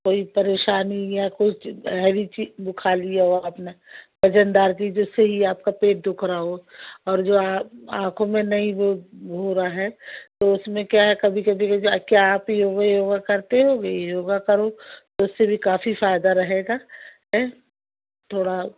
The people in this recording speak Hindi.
कोई परेशानी या कुछ हैवी चीज़ वह खा लिया हो आपने वज़नदार जीज जिससे यह आपका यह पेट दुख रह हो और जो आँखों में नहीं वह हो रहा है तो उसमें क्या है कभी कभी जैसे आखियाँ आती हैं वह यह योग करके वह यह योग करो उससे भी काफ़ी फ़ायदा रहेगा हैं थोड़ा